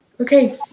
Okay